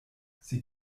sie